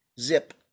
Zip